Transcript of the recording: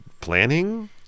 planning